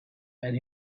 and